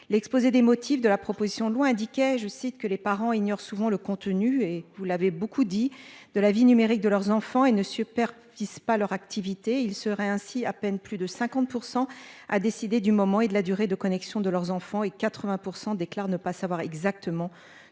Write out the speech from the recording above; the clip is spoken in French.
L'exposé des motifs de la proposition de loi indiquait je cite que les parents ignorent souvent le contenu et vous l'avez beaucoup dit de la vie numérique de leurs enfants et ne super pas leur activité. Il serait ainsi à peine plus de 50% à décider du moment et de la durée de connexion de leurs enfants et 80% déclarent ne pas savoir exactement ce que leurs enfants